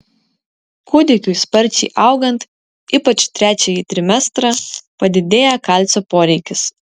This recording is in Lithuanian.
kūdikiui sparčiai augant ypač trečiąjį trimestrą padidėja kalcio poreikis